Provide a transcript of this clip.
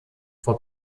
vor